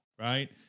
right